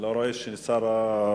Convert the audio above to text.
אני לא רואה את שר השיכון.